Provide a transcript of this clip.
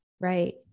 Right